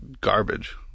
garbage